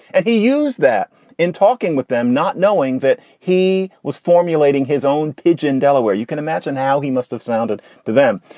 and he used that in talking with them, not knowing that he was formulating his own pitch in delaware. you can imagine how he must have sounded to them.